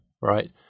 right